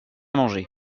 manger